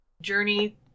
journey